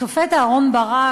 השופט אהרן ברק,